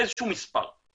באיזשהו מספר.